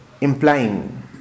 implying